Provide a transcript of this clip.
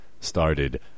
started